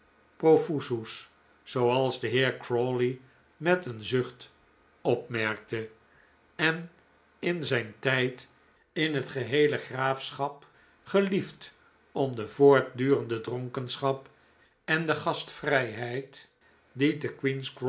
zooals de heer crawley met een zucht opmerkte en in zijn tijd in het geheele graafschap geliefd om de voortdurende dronkenschap en de gastvrijheid die te queen's